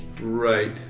Right